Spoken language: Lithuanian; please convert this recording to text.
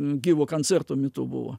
gyvo koncerto metu buvo